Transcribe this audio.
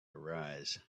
arise